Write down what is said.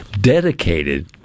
dedicated